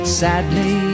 sadly